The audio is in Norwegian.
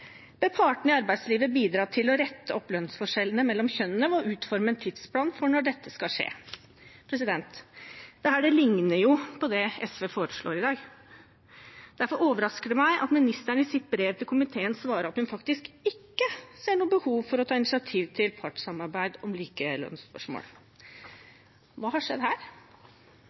partene i arbeidslivet bidra til å rette opp lønnsforskjellene mellom kjønnene ved å utforme en tidsplan for når dette skal skje». Dette ligner på det SV foreslår i dag. Derfor overrasker det meg at ministeren i sitt brev til komiteen svarer at hun ikke ser noe behov for å ta initiativ til partssamarbeid om likelønnsspørsmål. Hva har skjedd her?